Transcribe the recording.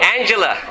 Angela